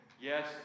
Yes